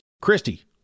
Christy